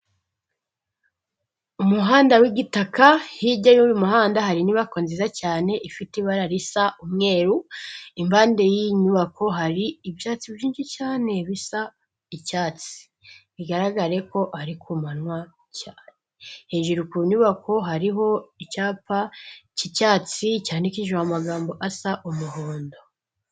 Umuhanda w'igitaka, hirya y'uyu muhanda hari inyubako nziza cyane ifite ibara risa umweru. Impande y'iyi nyubako hari ibyatsi byinshi cyane bisa icyatsi. Bigaragare ko ari ku manywa cyane. Hejuru ku nyubako hariho icyapa cy'icyatsi cyandikishijweho amagambo asa umuhondo.